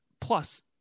Plus